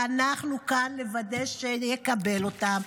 ואנחנו כאן לוודא שהוא יקבל אותן,